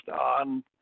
on